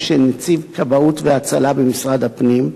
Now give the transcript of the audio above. של: נציבות כבאות והצלה במשרד הפנים,